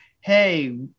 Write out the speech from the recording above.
hey